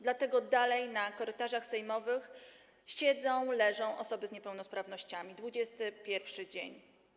Dlatego dalej na korytarzach sejmowych siedzą, leżą osoby z niepełnosprawnościami - 21. dzień.